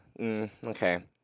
Okay